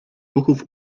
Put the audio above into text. ruchów